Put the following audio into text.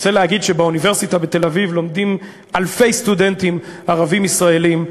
רוצה לומר שבאוניברסיטה בתל-אביב לומדים אלפי סטודנטים ערבים ישראלים,